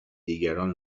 دیگران